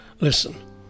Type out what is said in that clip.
Listen